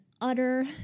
utter